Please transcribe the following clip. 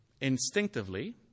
instinctively